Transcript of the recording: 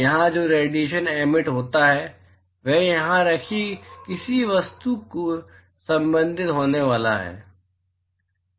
यहां जो radiation emit होता है वह यहां रखी किसी वस्तु से बाधित होने वाला है